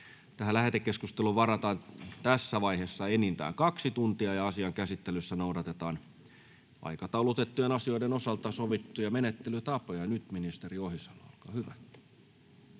Lähetekeskusteluun varataan tässä vaiheessa enintään kaksi tuntia. Asian käsittelyssä noudatetaan aikataulutettujen asioiden osalta sovittuja menettelytapoja. — Nyt ministeri Ohisalo, olkaa hyvä.